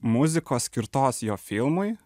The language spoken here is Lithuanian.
muzikos skirtos jo filmui